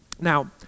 Now